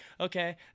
okay